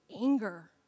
anger